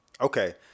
Okay